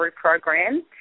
Program